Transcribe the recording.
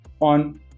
on